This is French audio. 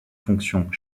fonctions